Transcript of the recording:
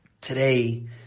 today